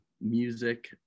music